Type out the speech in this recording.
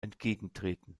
entgegentreten